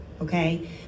okay